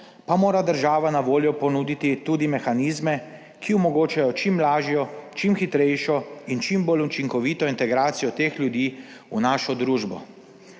pa mora država na voljo ponuditi tudi mehanizme, ki omogočajo čim lažjo, čim hitrejšo in čim bolj učinkovito integracijo teh ljudi v našo družbo.